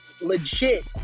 Legit